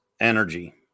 energy